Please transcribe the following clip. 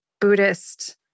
Buddhist